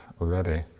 already